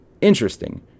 Interesting